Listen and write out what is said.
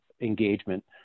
engagement